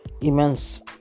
immense